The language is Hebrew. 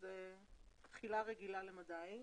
שזה תחילה רגילה למדי.